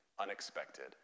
unexpected